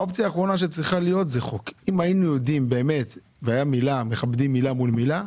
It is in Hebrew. אם היו מכבדים מילה,